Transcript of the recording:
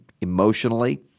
emotionally